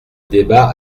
débat